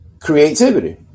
creativity